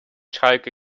schalke